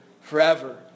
forever